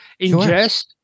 ingest